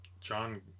John